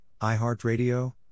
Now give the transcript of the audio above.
iHeartRadio